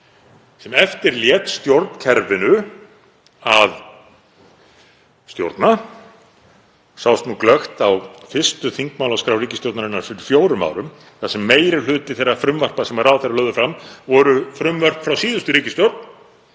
sem eftirlét stjórnkerfinu að stjórna. Það sást glöggt á fyrstu þingmálaskrá ríkisstjórnarinnar fyrir fjórum árum þar sem meiri hluti þeirra frumvarpa sem ráðherrar lögðu fram voru frumvörp frá síðustu ríkisstjórn